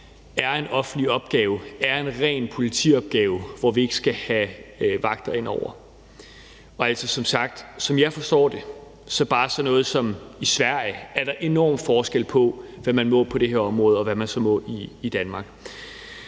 er en offentlig opgave, er en ren politiopgave, hvor vi ikke skal have vagter ind over. Og altså, som sagt er der, som jeg forstår det, hvis vi bare tager sådan noget som Sverige, enorm forskel mellem, hvad man der må på det her område, og hvad man så må i Danmark.